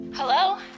Hello